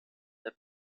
der